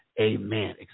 amen